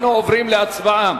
אנחנו עוברים להצבעה.